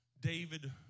David